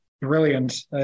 Brilliant